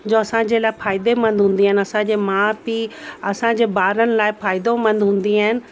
जो असांजे लाइ फ़ाइदेमंद हूंदी आहिनि असांजे माउ पीउ असांजे ॿारनि लाइ फ़ाइदोमंद हूंदी आहिनि